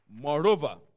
Moreover